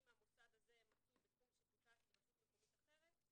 אף אם המוסד הזה מצוי בתחום שיפוטה של רשות מקומית אחרת.